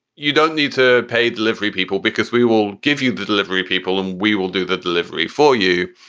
you don't need to pay delivery people because we will give you the delivery people and we will do the delivery for you.